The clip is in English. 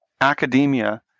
academia